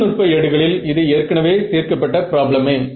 தொழில்நுட்ப ஏடுகளில் இது ஏற்கெனவே தீர்க்கப்பட்ட ப்ராப்ளமே